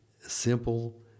simple